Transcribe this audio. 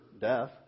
death